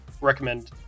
recommend